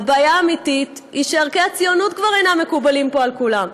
הבעיה האמיתית היא שערכי הציונות כבר אינם מקובלים פה על כולם.